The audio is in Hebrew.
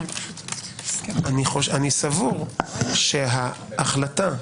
אני סבור, שההחלטה,